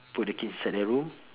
put the kids inside their room